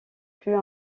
plus